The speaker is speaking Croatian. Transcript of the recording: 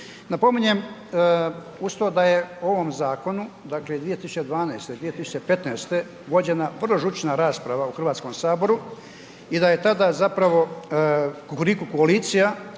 Napominjem uz to da je u ovom zakonu 2012.-2015. vođenja prva žučna rasprava u Hrvatskom saboru i da je tada zapravo kukuriku koalicija